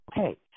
okay